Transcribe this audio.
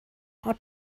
are